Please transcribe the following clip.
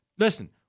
Listen